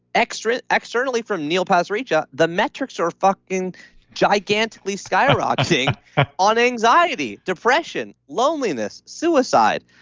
externally externally from neil pasricha, the metrics are fucking gigantically skyrocketing on anxiety, depression, loneliness, suicide.